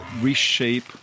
reshape